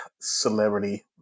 celebrity